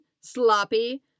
Sloppy